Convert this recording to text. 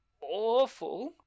awful